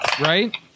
right